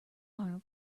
arnold